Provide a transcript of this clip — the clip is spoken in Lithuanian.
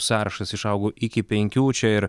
sąrašas išaugo iki penkių čia ir